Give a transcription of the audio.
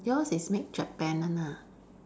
yours is made Japan [one] ah